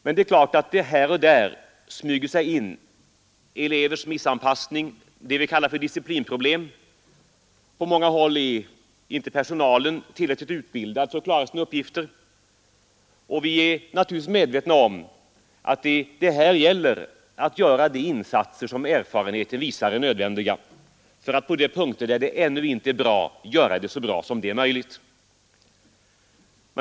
Men det är klart att det här och där förekommer problem med elevers anpassning — till och med allvarliga problem — och på många håll är inte personalen tillräckligt utbildad för att klara sina uppgifter. Vi är naturligtvis medvetna om att det gäller att göra de insatser som erfarenheten visar är nödvändiga för att på de punkter där det ännu inte är bra få det så bra som möjligt.